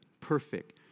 perfect